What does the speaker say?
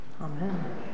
Amen